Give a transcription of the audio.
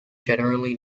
generally